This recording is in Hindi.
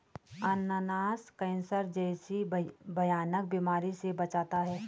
अनानास कैंसर जैसी भयानक बीमारी से बचाता है